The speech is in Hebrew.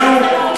אנחנו,